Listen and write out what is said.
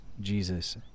jesus